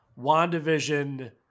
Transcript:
WandaVision